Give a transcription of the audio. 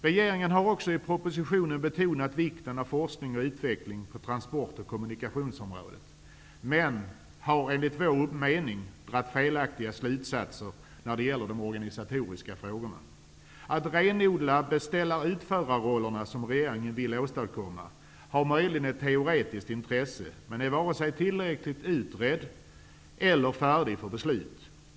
Regeringen betonar också i propositionen just vikten av forskning och utveckling på transportoch kommunikationsområdet. Men man har, enligt vår mening, dragit felaktiga slutsatser när det gäller de organisatoriska frågorna. Att renodla beställar-/utförarrollerna, som vill regeringen vill åstadkomma, har möjligen ett teoretiskt intresse. Men detta är varken tillräckligt utrett eller färdigt för beslut.